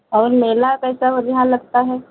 और मेला कैसा यहाँ लगता है